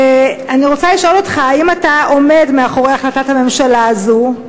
אני רוצה לשאול אותך: האם אתה עומד מאחורי החלטת הממשלה הזאת,